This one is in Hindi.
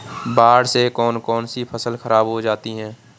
बाढ़ से कौन कौन सी फसल खराब हो जाती है?